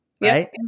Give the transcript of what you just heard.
Right